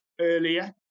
earlier